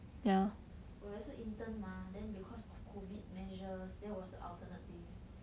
我也是 intern mah then because of COVID measures there 我是 alternate days